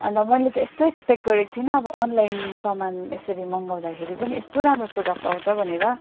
अन्त मैले त यस्तो एस्पेक्ट गरेको थिइनँ अब अनलाइन सामान यसरी मगाउँदाखेरि पनि यस्तो राम्रो प्रडक्ट आउँछ भनेर